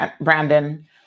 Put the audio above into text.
brandon